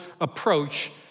approach